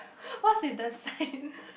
what is the same